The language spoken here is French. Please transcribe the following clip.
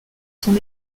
son